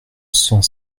cent